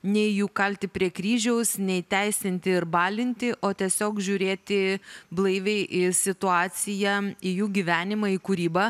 nei jų kalti prie kryžiaus nei teisinti ir balinti o tiesiog žiūrėti blaiviai į situaciją į jų gyvenimą į kūrybą